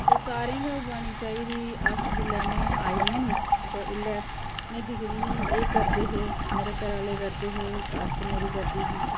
ते सारें गै उगानी चाहिदी अस जिसले में आई नी ते उल्लै में दिक्खदी ही एह् करदे हे मेरे घरै आह्ले करदे हे सस्स मेरी करदी ही